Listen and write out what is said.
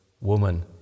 woman